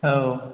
औ